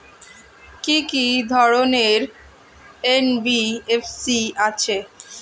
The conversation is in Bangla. কি কি ধরনের এন.বি.এফ.সি আছে?